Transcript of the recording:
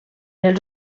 els